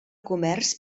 comerç